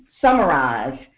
summarize